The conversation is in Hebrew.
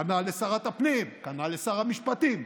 כנ"ל לשרת הפנים, כנ"ל לשר המשפטים.